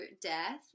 Death